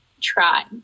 try